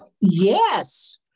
Yes